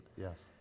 Yes